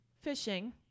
fishing